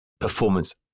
performance